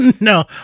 No